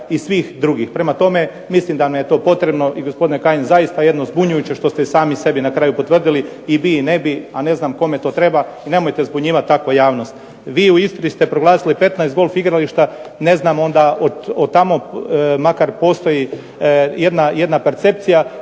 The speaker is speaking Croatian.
i svih drugih. Prema tome, mislim da nam je to potrebno i gospodine Kajin zaista jedno zbunjujuće što ste i sami sebi na kraju potvrdili i bi i ne bi, a ne znam kome to treba, i nemojte zbunjivati tako javnost. Vi u Istri ste proglasili 15 golf igrališta, ne znam onda, od tamo makar postoji jedna percepcija